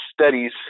studies